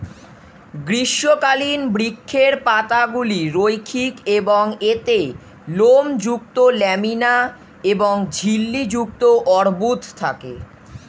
গ্রীষ্মকালীন বৃক্ষের পাতাগুলি রৈখিক এবং এতে লোমযুক্ত ল্যামিনা এবং ঝিল্লি যুক্ত অর্বুদ থাকে